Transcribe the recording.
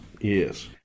Yes